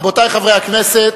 רבותי חברי הכנסת,